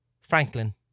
Franklin